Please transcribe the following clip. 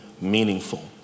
Meaningful